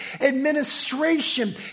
administration